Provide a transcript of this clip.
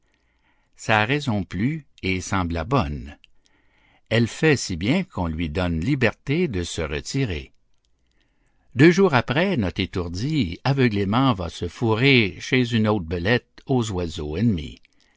sa raison plut et sembla bonne elle fait si bien qu'on lui donne liberté de se retirer deux jours après notre étourdie aveuglément se va fourrer chez une autre belette aux oiseaux ennemie